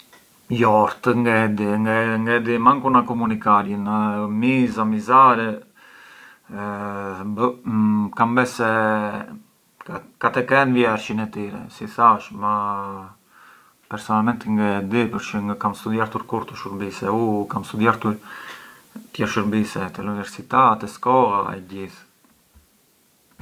Jo këtë ngë e di, ngë di manku na komunikarjën, na janë miza, mizare, buh, kam bes se ka e kenë vjershin e tire, si thash, ma personalmenti ngë e di përçë u ngë kam i studiartur kurrë këto shurbise, u kam studiartur tjerë shurbise te l’università, te skolla, te gjithë.